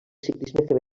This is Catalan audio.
ciclisme